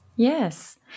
Yes